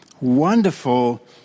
Wonderful